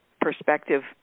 perspective